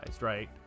right